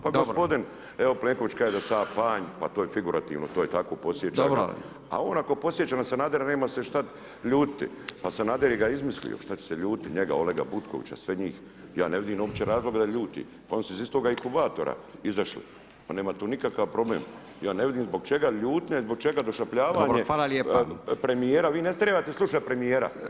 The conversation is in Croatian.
Pa gospodin evo Plenković kaže da sam ja panj pa to je figurativno, to je tako podsjećam ga [[Upadica: Dobro.]] a on ako podsjeća na Sanadera nema se šta ljutiti pa Sanader ga je izmislio šta će se ljutiti njega Olega Butkovića sve njih, ja ne vidim uopće razloga da ljuti pa oni su iz istoga inkubatora izašli, pa nema tu nikakav problem, ja ne vidim zbog čega ljutnja i zbog čega došapljavanje [[Upadica: Dobro, hvala lijepa.]] premijera vi ne trebate slušat premijera…